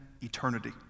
eternity